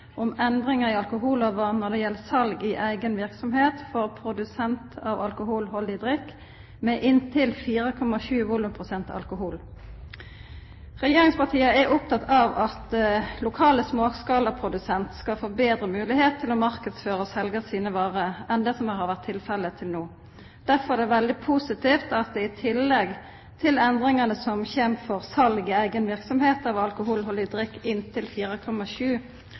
om endringer i alkoholloven når det gjelder salg i egen virksomhet for produsenter av alkoholholdig drikk med inntil 4,7 volumprosent alkohol. Regjeringspartiene er opptatt av at lokale småskalaprodusenter skal få bedre mulighet til å markedsføre og selge sine varer enn det som har vært tilfellet til nå. Derfor er det veldig positivt at det i tillegg til endringen som kommer for salg i egen virksomhet av alkoholholdig drikk inntil 4,7